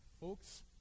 folks